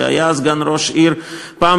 שהיה סגן ראש העיר פעם,